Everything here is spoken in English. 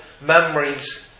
memories